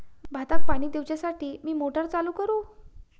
भाताक पाणी दिवच्यासाठी मी मोटर चालू करू?